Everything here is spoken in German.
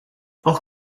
auch